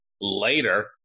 later